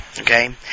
okay